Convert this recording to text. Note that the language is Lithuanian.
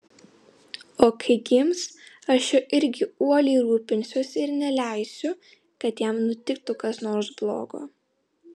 o kai gims aš juo irgi uoliai rūpinsiuosi ir neleisiu kad jam nutiktų kas nors blogo